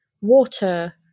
water